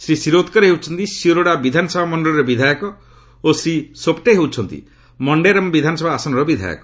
ଶ୍ରୀ ଶିରୋଦ୍କର ହେଉଛନ୍ତି ଶିରୋଡ଼ା ବିଧାନସଭା ମଣ୍ଡଳିର ବିଧାୟକ ଓ ଶ୍ରୀ ସୋପ୍ଟେ ହେଉଛନ୍ତି ମଣ୍ଡରେମ୍ ବିଧାନସଭା ଆସନର ବିଧାୟକ